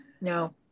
No